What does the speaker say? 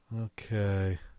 Okay